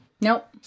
Nope